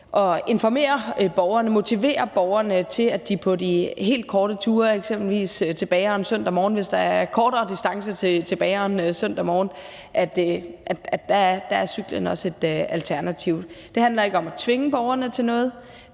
at motivere borgerne og informere om, at cyklen på de helt korte ture – eksempelvis til bageren søndag morgen, hvis der er kortere distance til bageren søndag morgen – også er et alternativ. Det handler ikke om at tvinge borgerne til noget;